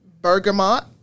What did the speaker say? bergamot